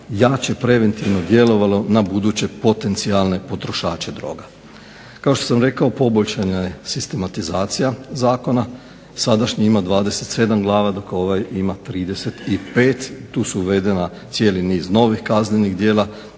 jače preventivno djelovalo na buduće potencijalne potrošače droga. Kao što sam rekao, poboljšana je sistematizacija zakona. Sadašnji ima 27 glava, dok ovaj ima 35. Tu je uveden cijeli niz novih kaznenih djela